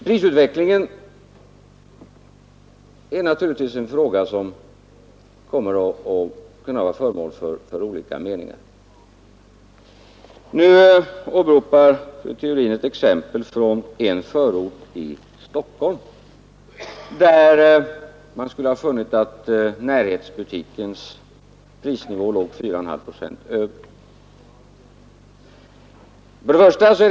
Prisutvecklingen är naturligtvis en fråga som är föremål för olika meningar. Fru Theorin åberopar ett exempel från en förort till Stockholm, där man skulle ha funnit att närhetsbutikens prisnivå låg 4,5 procent över priserna i kedjebutiker.